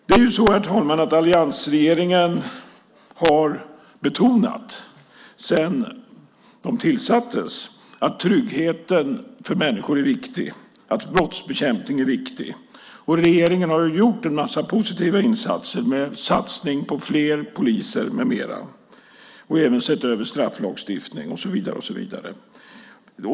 Det är ju så, herr talman, att alliansregeringen har betonat sedan den tillsattes att tryggheten för människor är viktig, att brottsbekämpning är viktig. Regeringen har gjort en massa positiva insatser med satsning på fler poliser med mera. Man har även sett över strafflagstiftning och så vidare.